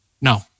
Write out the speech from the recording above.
No